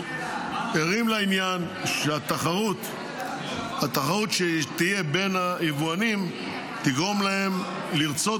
ערים לעניין שהתחרות שתהיה בין היבואנים תגרום להם לרצות